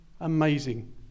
amazing